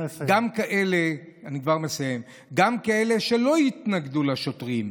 גם כאלה שלא התנגדו לשוטרים,